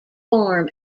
form